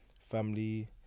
Family